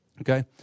okay